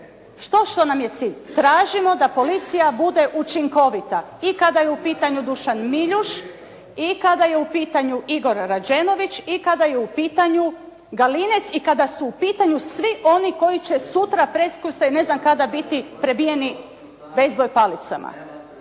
Što što nam je cilj? Tražimo da policija bude učinkovita. I kada je u pitanju Dušan Miljuš i kada je u pitanju Igor Rađenović i kada je u pitanju Galinec i kada su u pitanju svi oni koji će sutra, preksutra i ne znam kada biti prebijeni bejzbol palicama.